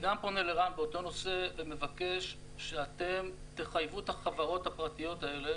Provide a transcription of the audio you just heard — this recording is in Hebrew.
גם אני פונה לרן באותו נושא ומבקש שאתם תחייבו את החברות הפרטיות האלה,